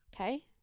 Okay